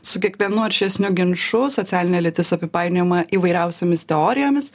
su kiekvienu aršesniu ginču socialinė lytis apipainiojama įvairiausiomis teorijomis